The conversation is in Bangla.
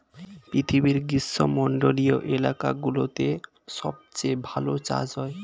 পৃথিবীর গ্রীষ্মমন্ডলীয় এলাকাগুলোতে সবচেয়ে ভালো চাষ হয়